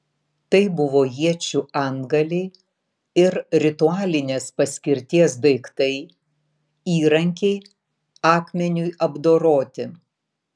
tai buvo iečių antgaliai ir ritualinės paskirties daiktai įrankiai akmeniui apdoroti